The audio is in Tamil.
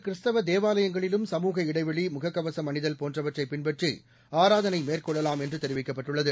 கிறிஸ்தவ தேவாலயங்களிலும் சமூக இடைவெளி முகக்கவசம் அணிதல் போன்றவற்றை பின்பற்றி ஆராதனை மேற்கொள்ளலாம் என்று தெரிவிக்கப்பட்டுள்ளது